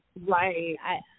Right